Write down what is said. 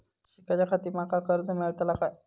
शिकाच्याखाती माका कर्ज मेलतळा काय?